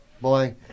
Boy